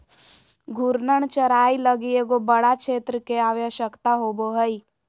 घूर्णन चराई लगी एगो बड़ा क्षेत्र के आवश्यकता होवो हइ